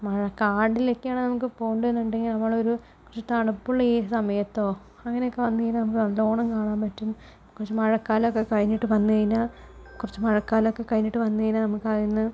മഴ കാടിലൊക്കെയാണ് നമുക്ക് പോകേണ്ടത് എന്നുണ്ടെങ്കിൽ നമ്മൾ ഒരു കുറച്ച് തണുപ്പുള്ള ഈ സമയത്തോ അങ്ങനെ കണ്ടു കഴിഞ്ഞാൽ നമുക്ക് നല്ലോണം കാണാൻ പറ്റും കുറച്ച് മഴക്കാലമൊക്കെ കഴിഞ്ഞിട്ട് വന്ന് കഴിഞ്ഞാൽ കുറച്ച് മഴക്കാലമൊക്കെ കഴിഞ്ഞിട്ട് വന്ന് കഴിഞ്ഞാൽ നമുക്ക് അതിന്ന്